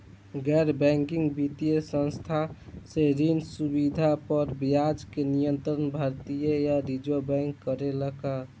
गैर बैंकिंग वित्तीय संस्था से ऋण सुविधा पर ब्याज के नियंत्रण भारती य रिजर्व बैंक करे ला का?